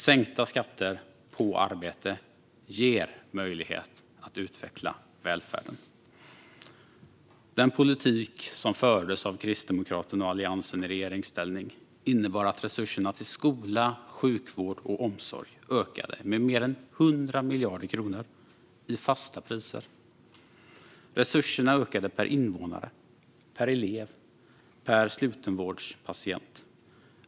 Sänkta skatter på arbete ger möjlighet att utveckla välfärden. Den politik som fördes av Kristdemokraterna och Alliansen i regeringsställning innebar att resurserna till skola, sjukvård och omsorg ökade med mer än 100 miljarder kronor, i fasta priser. Resurserna ökade per invånare, per elev och per slutenvårdspatient.